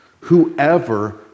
whoever